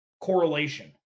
correlation